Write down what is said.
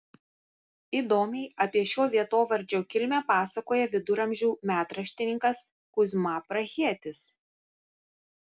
įdomiai apie šio vietovardžio kilmę pasakoja viduramžių metraštininkas kuzma prahietis